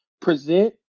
present